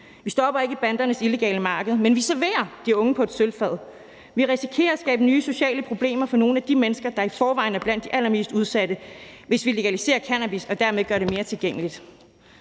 Vi stopper ikke bandernes illegale marked, men vi serverer de unge på et sølvfad. Vi risikerer at skabe nye sociale problemer for nogle af de mennesker, der i forvejen er blandt de allermest udsatte, hvis vi legaliserer cannabis og dermed gør det mere tilgængeligt.